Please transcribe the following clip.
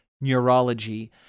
neurology